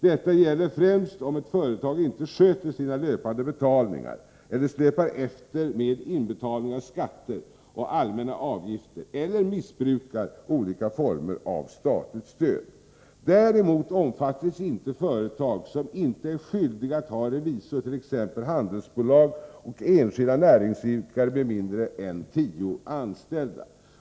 Detta gäller främst om ett företag inte sköter sina löpande betalningar eller släpar efter med inbetalning av skatter och allmänna avgifter eller missbrukar olika former av statligt stöd. Däremot omfattas inte företag som inte är skyldiga att ha revisor, t.ex. handelsbolag och enskilda näringsidkare med mindre än tio anställda.